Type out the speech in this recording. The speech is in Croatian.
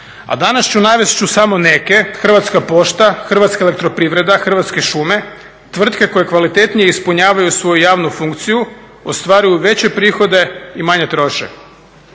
A danas ću navesti samo neke Hrvatska pošta, Hrvatska elektroprivreda, Hrvatske šume, tvrtke koje kvalitetnije ispunjavaju svoju javnu funkciju, ostvaruju veće prihode i manje troše.